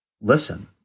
listen